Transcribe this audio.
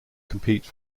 compete